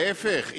להיפך.